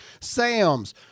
Sam's